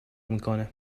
میکنه